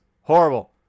horrible